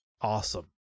awesome